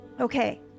Okay